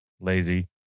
Lazy